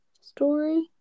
story